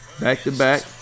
Back-to-back